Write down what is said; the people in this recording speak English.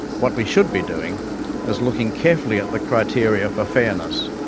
what we should be doing is looking carefully at the criteria for fairness,